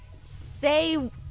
say